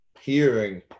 hearing